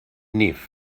nif